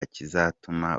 kizatuma